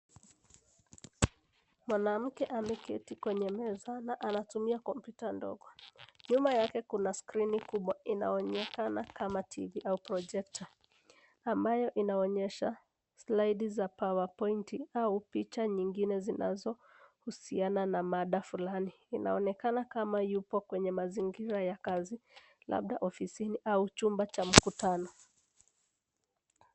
Mwanamke ameketi kwenye meza na anatumia kompyuta ndogo. Nyuma yake kuna skrini kubwa inaonekana kama TV au projekta ambayo inaonyesha slide za powerpoint au picha zingine zinazohusiana na mada fulani. Inaonekana kama yuko kwenye mazingira ya kazi labda ofisi au chumba cha mkutano.